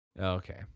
Okay